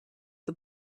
the